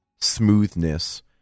smoothness